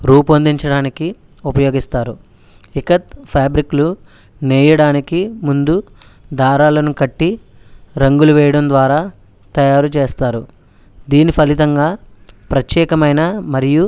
రూపొందించడానికి ఉపయోగిస్తారు ఇక్కత్ ఫ్యాబ్రిక్లు నేయడానికి ముందు దారాలను కట్టి రంగులు వేయడం ద్వారా తయారు చేస్తారు దీని ఫలితంగా ప్రత్యేకమైన మరియు